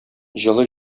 җылы